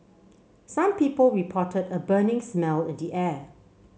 some people reported a burning smell at the air